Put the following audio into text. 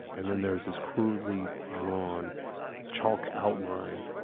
and then there's this crudely-drawn chalk outline.